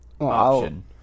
option